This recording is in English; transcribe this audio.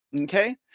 Okay